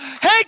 Hey